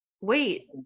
Wait